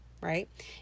right